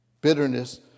Bitterness